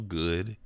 good